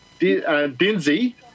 Dinsey